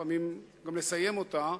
לפעמים גם לסיים אותה,